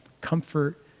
comfort